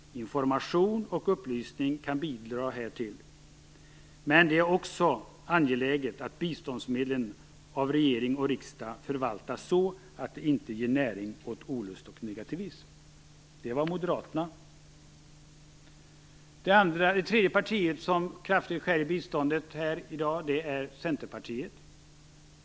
Information och upplysning kan bidra härtill. Men det är också angeläget att biståndsmedlen av regering och riksdag förvaltas så att det inte ger näring åt olust och negativism." Det tredje partiet som skär kraftigt i biståndet är Centerpartiet.